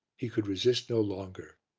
he could resist no longer.